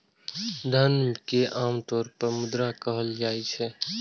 धन कें आम तौर पर मुद्रा कहल जाइ छै